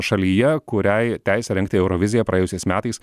šalyje kuriai teisę rengti euroviziją praėjusiais metais